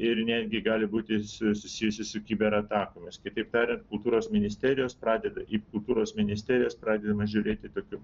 ir netgi gali būti susijusi su kiberatakomis kitaip tariant kultūros ministerijos pradeda į kultūros ministerijos pradedama žiūrėti tokiu